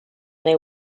they